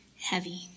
heavy